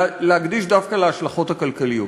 להקדיש דווקא להשלכות הכלכליות.